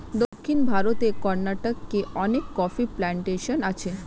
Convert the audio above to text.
দক্ষিণ ভারতের কর্ণাটকে অনেক কফি প্ল্যান্টেশন আছে